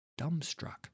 dumbstruck